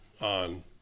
on